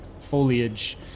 foliage